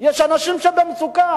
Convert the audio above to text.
כשיש אנשים במצוקה?